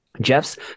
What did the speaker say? Jeff's